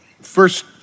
first